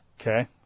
Okay